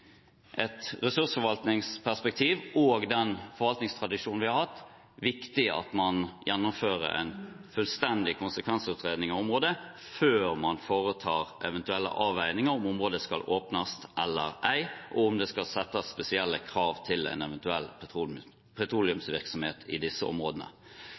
et ressursforvaltningsperspektiv og den forvaltningstradisjonen vi har hatt, viktig at man gjennomfører en fullstendig konsekvensutredning av området før man foretar eventuelle avveininger av om området skal åpnes eller ei, og om det skal settes spesielle krav til en eventuell petroleumsvirksomhet i disse områdene.